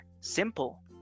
simple